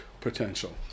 potential